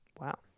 Wow